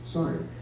Sorry